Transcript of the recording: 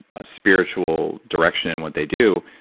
a spiritual direction in what they do,